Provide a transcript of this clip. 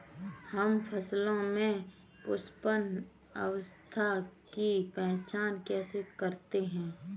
हम फसलों में पुष्पन अवस्था की पहचान कैसे करते हैं?